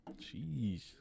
Jeez